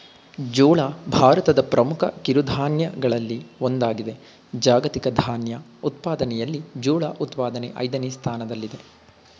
ಜೋಳ ಭಾರತದ ಪ್ರಮುಖ ಕಿರುಧಾನ್ಯಗಳಲ್ಲಿ ಒಂದಾಗಿದೆ ಜಾಗತಿಕ ಧಾನ್ಯ ಉತ್ಪಾದನೆಯಲ್ಲಿ ಜೋಳ ಉತ್ಪಾದನೆ ಐದನೇ ಸ್ಥಾನದಲ್ಲಿದೆ